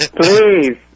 please